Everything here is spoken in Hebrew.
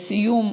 לסיום,